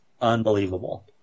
unbelievable